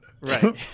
Right